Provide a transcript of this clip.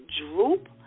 droop